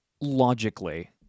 logically